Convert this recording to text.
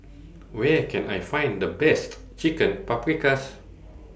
Where Can I Find The Best Chicken Paprikas